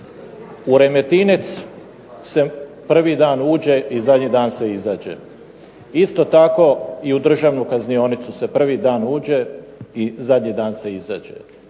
U Remetinec se prvi dan uđe i zadnji dan izađe, isto tako i u državnu kaznionicu se prvi dan uđe i zadnji dan se izađe,